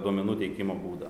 duomenų teikimo būdą